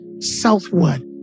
Southward